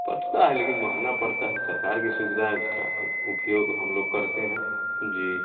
पड़ता है लेकिन महँगा पड़ता है सरकार की सुविधा है उसका उपयोग हम लोग करते हैं जी